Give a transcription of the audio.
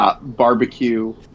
barbecue